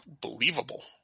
believable